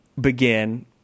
begin